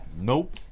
Nope